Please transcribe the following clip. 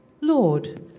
Lord